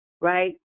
right